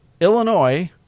Illinois